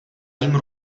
jím